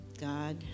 God